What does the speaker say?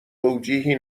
توجیهی